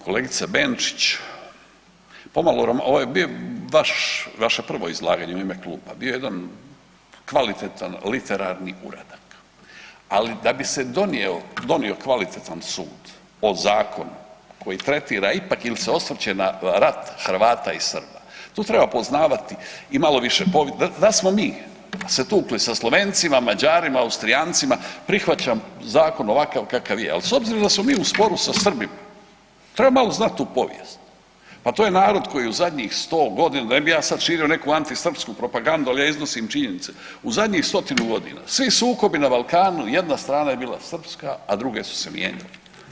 Kolegica Benčić, ovo je bilo vaše prvo izlaganje u ime kluba, bio je jedan kvalitetan literarni uradak, ali da bi se donio kvalitetan sud o zakonu koji tretira ipak jel se osvrće na rat Hrvata i Srba, tu treba poznavati i malo više … da smo mi se tukli sa Slovencima, Mađarima, Austrijancima prihvaćam zakon ovakav kakav je, ali s obzirom da smo mi u sporu sa Srbima treba malo znati tu povijest, pa to je narod koji je u zadnjih 100 godina, ne bi ja sad širio neku antisrpsku propagandu, ali ja iznosim činjenice, u zadnjih 100 godina svi sukobi na Balkanu jedna strana je bila srpska, a druge su se mijenjale.